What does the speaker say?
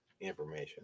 information